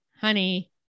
honey